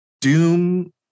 Doom